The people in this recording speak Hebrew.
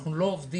אנחנו לא עובדים,